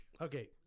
Okay